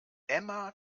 emma